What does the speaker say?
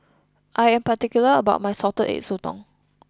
I am particular about my Salted Egg Sotong